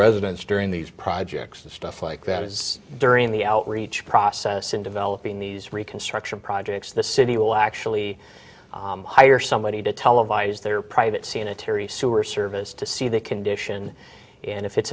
residents during these projects and stuff like that is during the outreach process in developing these reconstruction projects the city will actually hire somebody to televise their private ciena terry sewer service to see the condition and if it's